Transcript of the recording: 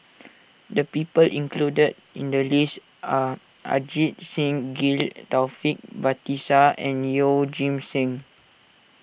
the people included in the list are Ajit Singh Gill Taufik Batisah and Yeoh Ghim Seng